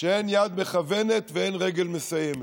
שאין יד מכוונות ואין רגל מסיימת.